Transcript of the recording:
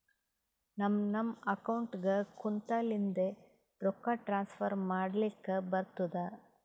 ನಮ್ ನಮ್ ಅಕೌಂಟ್ಗ ಕುಂತ್ತಲಿಂದೆ ರೊಕ್ಕಾ ಟ್ರಾನ್ಸ್ಫರ್ ಮಾಡ್ಲಕ್ ಬರ್ತುದ್